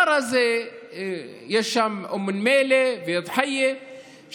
יש שם אום נמילה ודחייה,